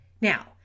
Now